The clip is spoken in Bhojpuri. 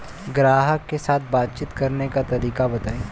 ग्राहक के साथ बातचीत करने का तरीका बताई?